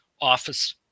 office